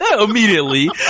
immediately